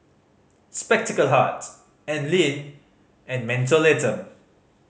Spectacle Hut Anlene and Mentholatum